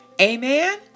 Amen